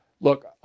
Look